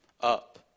Up